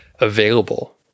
available